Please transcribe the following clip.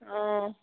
آ